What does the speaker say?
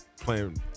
playing